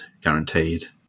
guaranteed